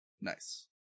Nice